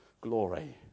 Glory